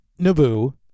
Naboo-